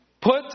put